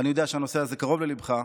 ואני יודע שהנושא הזה קרוב לליבך.